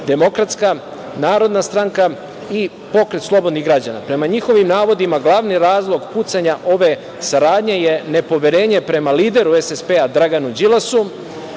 DS, Narodna stranka i Pokret slobodnih građana. Prema njihovim navodima glavni razlog pucanja ove saradnje je nepoverenje prema lideru SSP Draganu Đilasu.